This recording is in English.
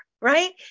right